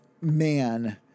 man